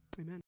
Amen